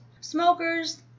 Smokers